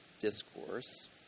discourse